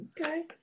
Okay